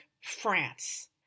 France